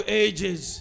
ages